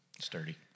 sturdy